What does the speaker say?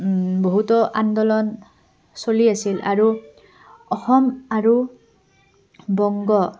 বহুতো আন্দোলন চলি আছিল আৰু অসম আৰু বংগ